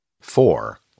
four